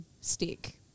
stick